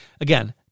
Again